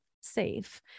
safe